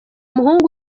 umuhungu